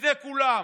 לפני כולם: